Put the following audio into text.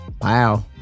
Wow